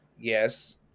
Yes